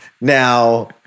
Now